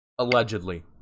Allegedly